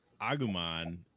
Agumon